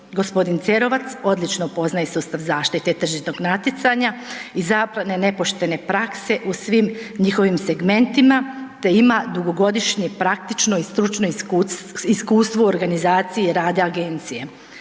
G. Cerovac odlično poznaje sustav zaštite tržišnog natjecanja i zabranu nepoštene prakse u svim njihovim segmentima te ima dugogodišnje praktično i stručno iskustvo u organizaciji rada agencije.